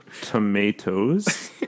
tomatoes